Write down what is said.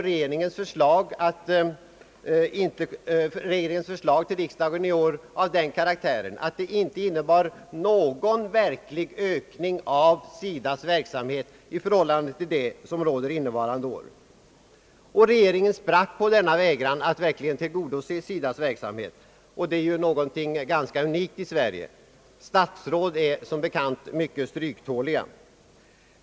Regeringens förslag till riksdagen i år var därför av den karaktären, att det inte innebar någon verklig ökning av SIDA:s verksamhet i förhållande till vad som råder innevarande år. Regeringen sprack på denna vägran att verkligen tillgodose önskemålet om en ökning av SIDA:s verksamhet, och det är någonting ganska unikt i Sverige statsråd är som bekant mycket stryktåliga.